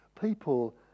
people